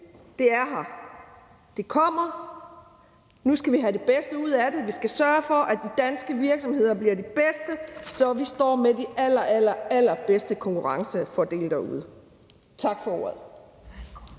det her direktiv kommer, og nu skal vi have det bedste ud af det. Vi skal sørge for, at de danske virksomheder bliver de bedste, så vi står med de allerallerbedste konkurrencefordele derude. Tak for ordet.